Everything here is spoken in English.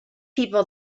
people